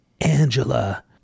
angela